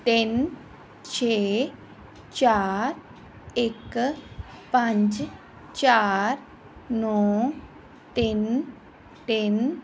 ਤਿੰਨ ਛੇ ਚਾਰ ਇੱਕ ਪੰਜ ਚਾਰ ਨੌਂ ਤਿੰਨ ਤਿੰਨ